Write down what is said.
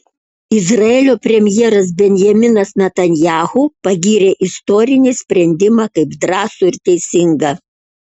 izraelio premjeras benjaminas netanyahu pagyrė istorinį sprendimą kaip drąsų ir teisingą